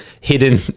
hidden